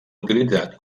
utilitzat